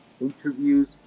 interviews